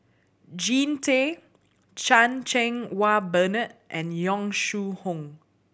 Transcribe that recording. Jean Tay Chan Cheng Wah Bernard and Yong Shu Hoong